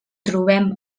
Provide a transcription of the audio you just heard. trobem